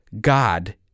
God